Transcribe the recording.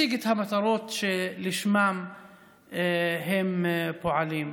המטרות שלשמן הם פועלים.